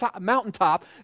mountaintop